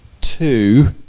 two